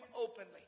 openly